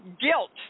guilt